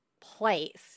place